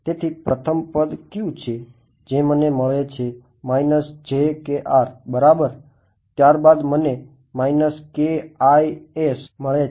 તેથી પ્રથમ પદ કયું છે જે મને મળે છે બરાબર ત્યાર બાદ મને is મળે છે